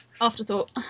afterthought